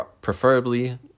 preferably